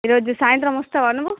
ఈ రోజు సాయంత్రం వస్తావా నువ్వు